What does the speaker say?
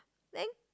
then